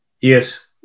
Yes